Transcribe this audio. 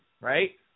right